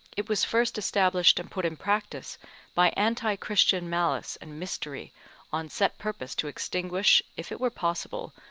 it was first established and put in practice by antichristian malice and mystery on set purpose to extinguish, if it were possible,